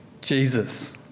Jesus